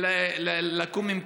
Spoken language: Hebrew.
לקום ממקומו.